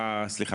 סליחה,